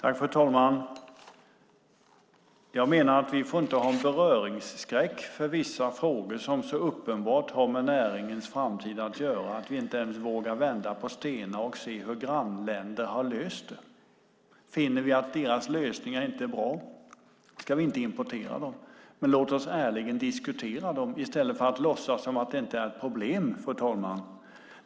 Fru talman! Jag menar att vi inte får ha sådan beröringsskräck för vissa frågor som så uppenbart har med näringens framtid att göra att vi inte ens vågar vända på stenar och se hur grannländerna har löst frågorna. Finner vi att deras lösningar inte är bra ska vi inte importera dem. Men låt oss ärligen diskutera dem i stället för låtsas som att det inte är något problem, fru talman.